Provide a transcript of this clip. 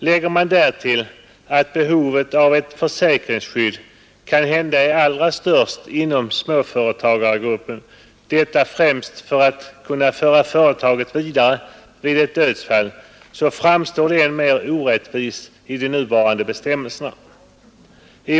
Lägger man därtill att behovet av ett försäkringsskydd kanhända är allra störst inom småföretagargruppen, detta främst för att kunna föra företaget vidare vid ett dödsfall, så framstår orättvisan än tydligare med de nuvarande bestämmelserna.